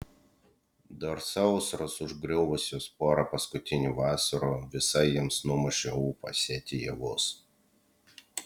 dar sausros užgriuvusios porą paskutinių vasarų visai jiems numušė ūpą sėti javus